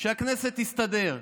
שהכנסת תסתדר.